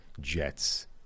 Jets